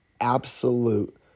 absolute